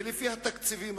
ולפי התקציבים,